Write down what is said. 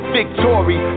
victory